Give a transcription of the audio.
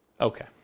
Okay